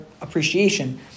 appreciation